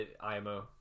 IMO